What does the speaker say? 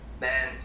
Man